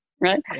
right